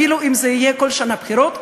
אפילו אם יהיו כל שנה בחירות,